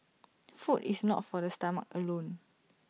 food is not for the stomach alone